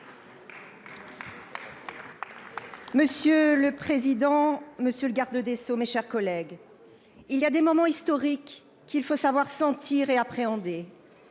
Monsieur le président, monsieur le garde des sceaux, mes chers collègues, il y a des moments historiques qu’il faut savoir sentir et appréhender.